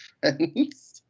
friends